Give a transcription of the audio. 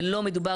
ולא מדובר,